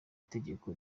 itegeko